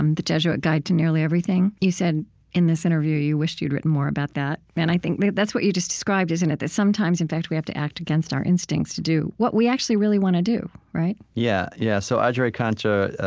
um the jesuit guide to nearly everything, you said in this interview you wished you'd written more about that. and i think that's what you just described, isn't it? that sometimes, in fact, we have to act against our instincts to do what we actually really want to do. right? yeah, yeah. so, agere contra,